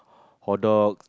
hotdog